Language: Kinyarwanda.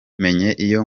iyo